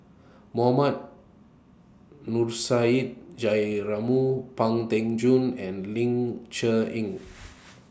Mohammad Nurrasyid Juraimi Pang Teck Joon and Ling Cher Eng